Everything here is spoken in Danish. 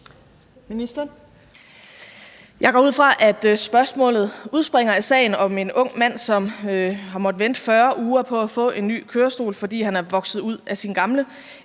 Jeg går ud fra, at spørgsmålet udspringer af sagen om en ung mand, som har måttet vente 40 uger på at få en ny kørestol, fordi han er vokset ud af sin gamle,